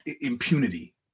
impunity